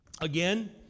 Again